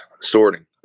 sorting